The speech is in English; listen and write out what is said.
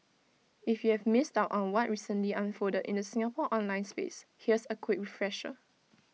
if you've missed out on what recently unfolded in the Singapore online space here's A quick refresher